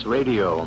Radio